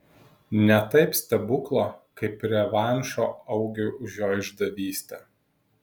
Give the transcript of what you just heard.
ne taip stebuklo kaip revanšo augiui už jo išdavystę